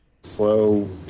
slow